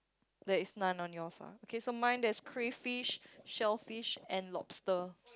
there is none on yours ah K so for mine there's crayfish shellfish and lobster